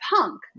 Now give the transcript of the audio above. punk